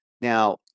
Now